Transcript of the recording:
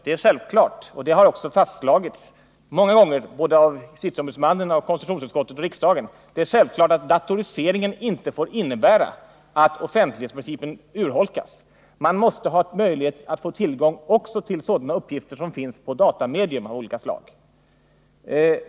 Det är självklart — det har också fastslagits många gånger både av JO, av konstitutionsutskottet och av riksdagen — att datoriseringen inte får innebära att offentlighetsprincipen urholkas. Man måste kunna få tillgång också till uppgifter som finns på datamedier av olika slag.